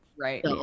Right